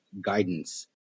guidance